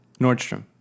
Nordstrom